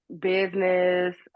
business